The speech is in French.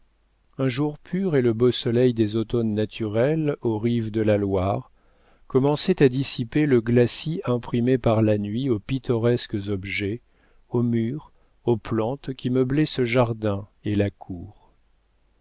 un jour pur et le beau soleil des automnes naturels aux rives de la loire commençaient à dissiper le glacis imprimé par la nuit aux pittoresques objets aux murs aux plantes qui meublaient ce jardin et la cour